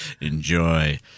Enjoy